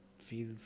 feel